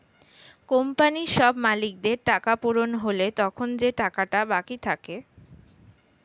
কোম্পানির সব মালিকদের টাকা পূরণ হলে তখন যে টাকাটা বাকি থাকে